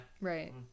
Right